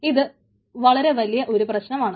ഇത് വലിയ പ്രശ്നമാണ്